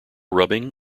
rubbing